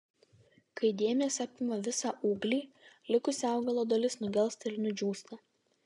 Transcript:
kai dėmės apima visą ūglį likusi augalo dalis nugelsta ir nudžiūsta